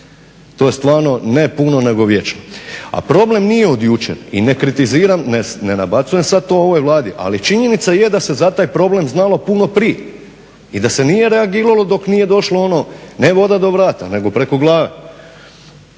To je stvarno ne puno, nego vječno. A problem nije od jučer. I ne kritiziram i ne nabacujem sada to ovoj Vladi, ali činjenica je da se za taj problem znalo puno prije i da se nije reagiralo dok nije došlo ono ne voda do vrata nego preko glave.